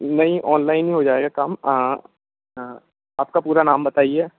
नहीं ऑनलाइन ही हो जाएगा काम हाँ हाँ आपका पूरा नाम बताइए